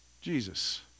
Jesus